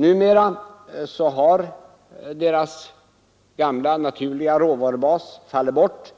Numera har deras gamla, naturliga råvarubas fallit bort,